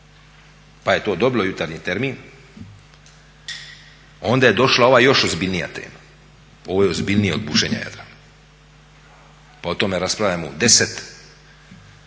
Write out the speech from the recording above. pa je to dobilo jutarnji termin, onda je došla ova još ozbiljnija tema. Ovo je ozbiljnije od bušenja Jadrana. Pa o tome raspravljamo u 22,00